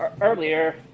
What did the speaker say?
earlier